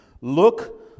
Look